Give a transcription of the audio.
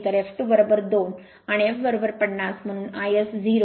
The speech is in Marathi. तर f22 आणि f50 म्हणून iS0